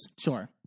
Sure